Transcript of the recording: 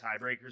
tiebreakers